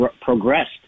progressed